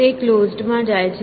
તે ક્લોઝડ માં જાય છે